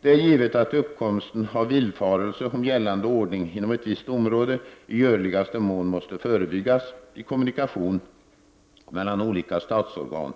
Det är givet, att uppkomsten av villfarelser om gällande ordning inom ett visst område i görligaste mån måste förebyggas vid kommunikation mellan olika statsorgan.